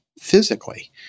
physically